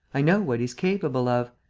i know what he's capable of.